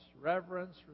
Reverence